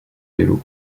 vélo